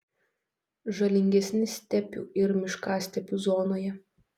žalingesni stepių ir miškastepių zonoje